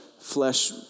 flesh